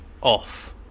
off